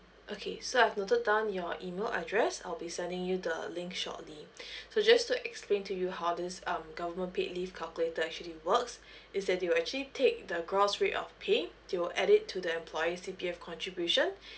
okay so I've noted down your email address I'll be sending you the link shortly so just to explain to you how this um government paid leave calculator actually works is that you actually take the gross rate of pay they will add it to the employee C_P_F contribution